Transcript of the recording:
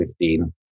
2015